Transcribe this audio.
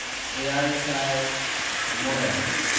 ᱮᱭᱟᱭ ᱥᱟᱭ ᱢᱚᱬᱮ